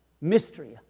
mystery